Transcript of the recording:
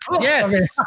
Yes